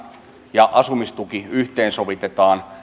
laina ja asumistuki yhteensovitetaan